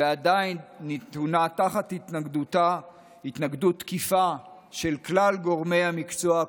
ועדיין היא נתונה תחת התנגדות תקיפה של כלל גורמי המקצוע,